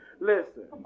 Listen